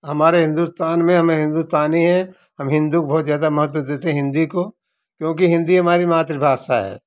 हमारे हिंदुस्तान में हम हिंदुस्तानी है हम हिंदू को बहुत ज्यादा महत्व देते हिंदी को क्योंकि हिंदी हमारी मातृभाषा है